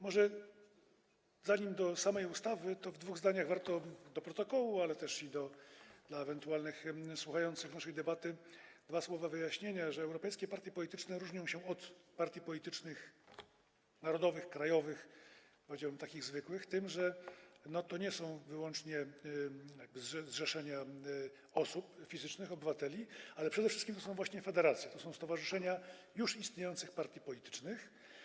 Może zanim odniosę się do samej ustawy, to dwa zdania warto do protokołu, ale też dla ewentualnych słuchających naszej debaty, dwa słowa wyjaśnienia, że europejskie partie polityczne różnią się od partii politycznych narodowych, krajowych, powiedziałbym, takich zwykłych, tym, że to nie są wyłącznie zrzeszenia osób fizycznych, obywateli, ale przede wszystkim to są właśnie federacje, to są stowarzyszenia już istniejących partii politycznych.